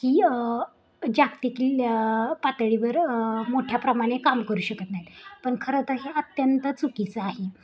की जागतिक पातळीवर मोठ्या प्रमाणे काम करू शकत नाहीत पण खरं तर हे अत्यंत चुकीचं आहे